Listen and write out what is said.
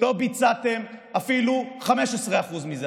לא ביצעתם אפילו 15% מזה.